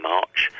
March